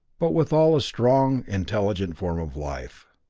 but withal a strong, intelligent form of life.